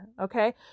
Okay